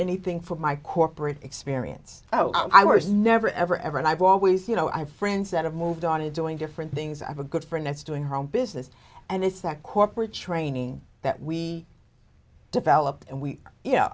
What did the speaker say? anything for my corporate experience i was never ever ever and i've always you know i have friends that have moved on to doing different things i've a good friend that's doing her own business and it's that corporate training that we developed and we y